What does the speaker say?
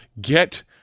get